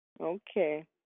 Okay